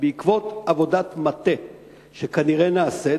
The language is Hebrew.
בעקבות עבודת מטה שכנראה נעשית,